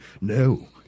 No